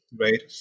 right